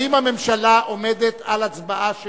האם הממשלה עומדת על הצבעה שמית?